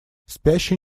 спящий